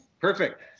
perfect